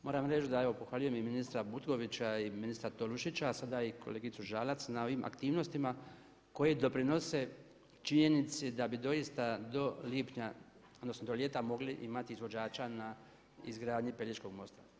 Moram reći da pohvaljujem i ministra Butkovića i ministra Tolušića, a sada i kolegicu Žalac na ovim aktivnostima koje doprinose činjenici da bi doista do lipnja odnosno do ljeta mogli imati izvođača na izgradnji Pelješkog mosta.